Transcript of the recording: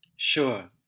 Sure